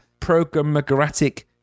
programmatic